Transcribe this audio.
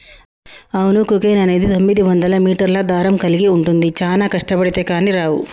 అవును కోకెన్ అనేది తొమ్మిదివందల మీటర్ల దారం కలిగి ఉంటుంది చానా కష్టబడితే కానీ రావు